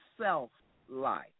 self-life